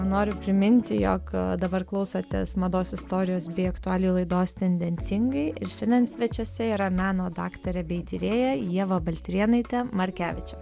noriu priminti jog dabar klausotės mados istorijos bei aktualijų laidos tendencingai ir šiandien svečiuose yra meno daktarė bei tyrėja ieva baltrėnaitė markevičė